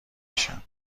میشن